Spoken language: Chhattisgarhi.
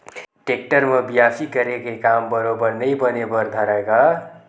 टेक्टर म बियासी करे के काम बरोबर नइ बने बर धरय गा